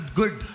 good